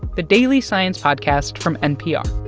the daily science podcast from npr